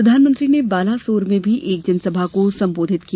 प्रधानमंत्री ने बालासोर में भी एक जनसभा को सम्बोधित किया